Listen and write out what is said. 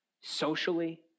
socially